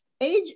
age